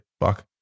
Fuck